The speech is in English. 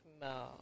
No